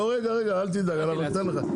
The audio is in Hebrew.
לא, רגע, רגע, אל תדאג, אנחנו ניתן לך.